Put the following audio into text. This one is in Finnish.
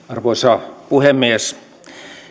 arvoisa puhemies